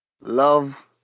love